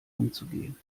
umzugehen